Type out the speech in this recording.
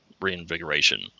reinvigoration